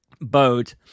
Boat